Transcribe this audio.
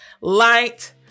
light